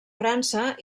frança